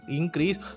increase